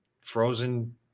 frozen